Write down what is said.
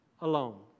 alone